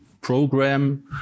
program